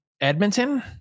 Edmonton